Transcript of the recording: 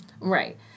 right